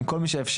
עם כל מי שאפשר,